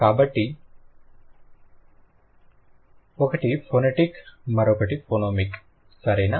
కాబట్టి ఒకటి ఫొనెటిక్ మరొకటి ఫోనెమిక్ సరేనా